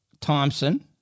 Thompson